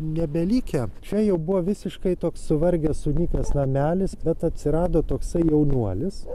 nebelikę čia jau buvo visiškai toks suvargęs sunykęs namelis bet atsirado toksai jaunuolis